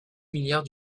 milliards